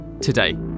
Today